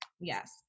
yes